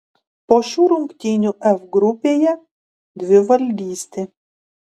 po šių rungtynių f grupėje dvivaldystė